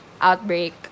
outbreak